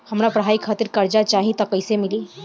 हमरा पढ़ाई खातिर कर्जा चाही त कैसे मिली?